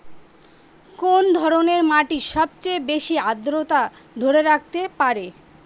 কোন ধরনের মাটি সবচেয়ে বেশি আর্দ্রতা ধরে রাখতে পারে?